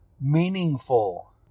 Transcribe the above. meaningful